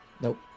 Nope